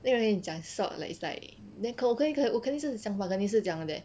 那个人讲 salt like is like then 可我可以我肯定是想法肯定是想 that